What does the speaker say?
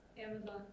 Amazon